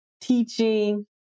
teaching